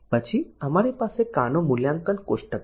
પછી અમારી પાસે કાનો મૂલ્યાંકન કોષ્ટક છે